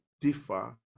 differ